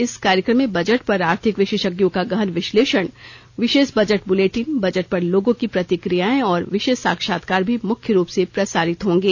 इस कार्यक्रम में बजट पर आर्थिक विशेषज्ञों का गहन विश्लेषण विशेष बजट बुलेटिन बजट पर लोगों की प्रतिक्रियाएं और विशेष साक्षात्कार भी मुख्य रूप से प्रसारित होंगे